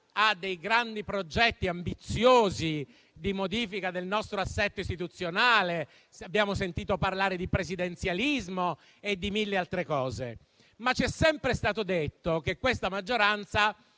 ha dei grandi progetti ambiziosi di modifica del nostro assetto istituzionale: abbiamo sentito parlare di presidenzialismo e di mille altre cose. Ci è però sempre stato detto che la maggioranza